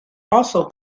also